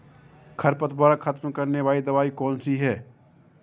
खरपतवार खत्म करने वाली दवाई कौन सी है?